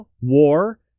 War